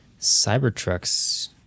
Cybertrucks